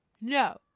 no